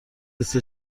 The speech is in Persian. لیست